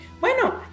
Bueno